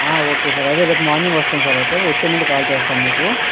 ఆ okay sir అదే రేపు మార్నింగ్ వస్తాము సార్ అయితే వచ్చే ముందు కాల్ చేస్తాం మీకు